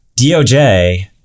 DOJ